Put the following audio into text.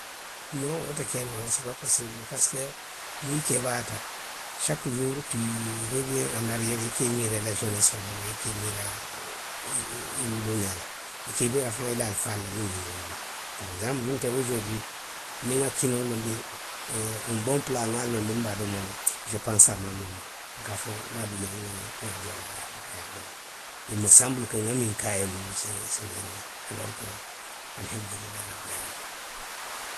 Noŋ wo te kee noo la, see paa posibulu parisiko, niŋ i keebaayaata, saki suuri ti rewiyeŋ anariyeeri i ka i miira i la sonesso la le, i ke i miiraa i, i. i wuluuňaa la. I ka i miira faŋ i la alifaalula minnu ye i wuluu. pari ekisanpulu nte, oosoridiwi, niŋ nŋa kinoo loondi ooo, oŋ boŋ palaa. nŋa a loondi nbe a domo la. se pansi aa maa mamaŋ ka a fo niŋ a bi jaŋ. nŋa a dii a la a. a ye a domo.; Ili mo sanbulu ko nŋa miŋ ke a ye nuŋ see, see nee riyeŋ, aloori ko alihamidulilaahi rabili aalamiina